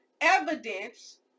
evidence